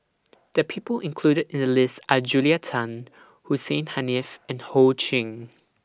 The People included in The list Are Julia Tan Hussein Haniff and Ho Ching